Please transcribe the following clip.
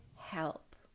help